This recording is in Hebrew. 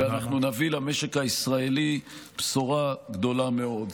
ואנחנו נביא למשק הישראלי בשורה גדולה מאוד.